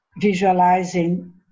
Visualizing